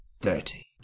thirty